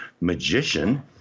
magician